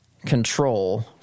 control